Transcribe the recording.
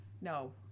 No